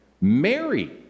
Mary